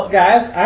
guys